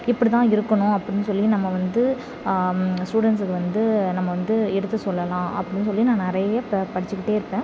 இப்படித்தான் இருக்கணும் அப்படினு சொல்லி நம்ம வந்து ஸ்டூடெண்ட்ஸ்க்கு வந்து நம்ம வந்து எடுத்து சொல்லலாம் அப்படினு சொல்லி நான் நிறைய ப படிச்சுக்கிட்டே இருப்பேன்